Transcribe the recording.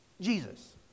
Jesus